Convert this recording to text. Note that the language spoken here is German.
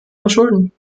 verschulden